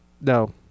no